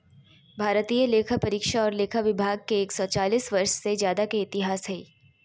भारतीय लेखापरीक्षा और लेखा विभाग के एक सौ चालीस वर्ष से ज्यादा के इतिहास हइ